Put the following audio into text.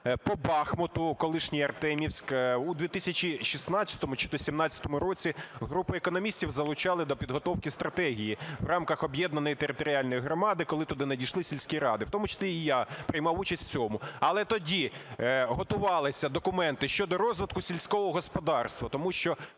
по Бахмуту (колишній Артемівськ) у 2016 чи 18-му році групу економістів залучали для підготовки стратегії в рамках об'єднаної територіальної громади, коли туди надійшли сільські ради, в тому числі і я приймав участь в цьому. Але тоді готувалися документи щодо розвитку сільського господарства. Тому що